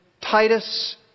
Titus